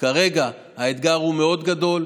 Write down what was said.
כרגע האתגר הוא מאוד גדול,